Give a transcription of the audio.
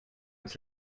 dass